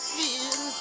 feel